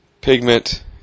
pigment